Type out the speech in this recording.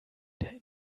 der